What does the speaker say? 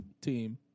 team